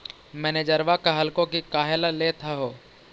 मैनेजरवा कहलको कि काहेला लेथ हहो?